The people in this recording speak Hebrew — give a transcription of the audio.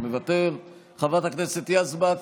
מוותר, חברת הכנסת יזבק,